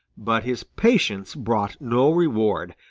but his patience brought no reward,